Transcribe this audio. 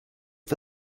for